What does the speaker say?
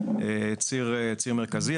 ציר מרכזי.